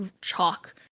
chalk